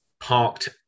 parked